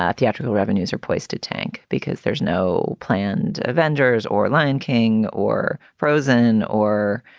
yeah theatrical revenues are poised to tank because there's no planned avengers or lion king or frozen or,